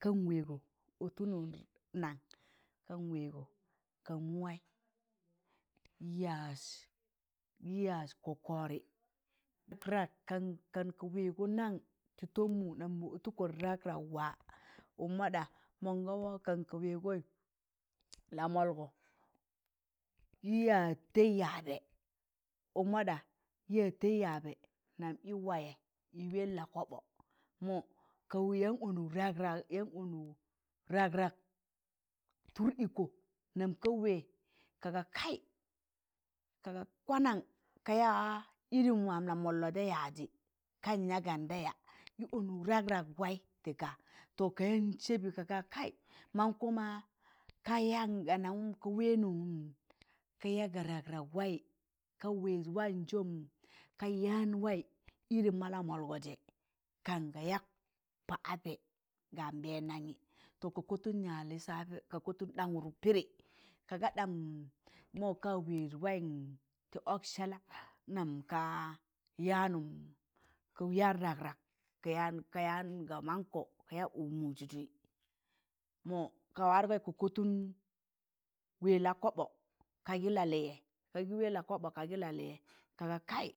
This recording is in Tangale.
kan wẹẹgọ, atụnọn waị kan wẹẹga ka mụwaị kị yaaj kokori kan ka wẹẹgọ nan tị tọm mụ nam mụ ọtụkọn rẹgragwa, ụmmọ ɗa? mọga kan ka, wẹẹgoị lamọlgọ kị yaaj tẹị yaabẹ ukmo ɗa? kị yaaj tẹị yaabẹ nagịn wayẹ kị wẹẹn la koɓo mọ ka wo yaan onu rag rag yaan onu rag rag tụr ịkọ nam ka wẹẹ ka ga kaị kaga kwanan ka yaa ịrin waam lamọlgo jẹ yaajị gan ya ga nda ya yaan anụk rag rag wai ti ka to ka yaan sẹbị kaga kaị mankọ ma ka yaan ga nangụm ka wẹẹnụm ka ya ga rag rag waị. Ka wẹẹd wayiṇ jom ka yaan waị irin ma lamolgọ jẹ kana yak pa'apẹ ka mbẹẹndanyị to kakọtọn yaaj lisapi ka ɗonụd pịdị ka ga ɗam mọ ka wẹẹd wayị njọ nam ka yaanụ ịkọ yaan rag rag, kana yaan ga maụkọ ụk ma mụjịjẹ. Mọ, ka wargaị ka kọtụn wẹẹj la koɓo kagị la lịyẹ, ka gị wẹla loɓo ka gị lalịyẹ, ka ga kai.